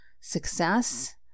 success